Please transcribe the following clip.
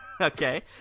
okay